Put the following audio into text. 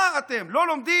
מה, אתם לא לומדים?